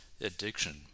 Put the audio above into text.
addiction